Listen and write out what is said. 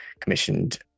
commissioned